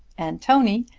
and tony,